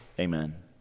amen